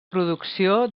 producció